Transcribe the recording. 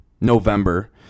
November